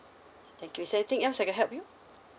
thank you is there anything else I can help you